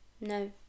No